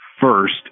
first